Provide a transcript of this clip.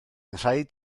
rhaid